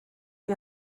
die